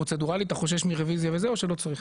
פרוצדורלית אתה חושש מרוויזיה או שלא צריך?